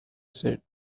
said